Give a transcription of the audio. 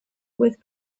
with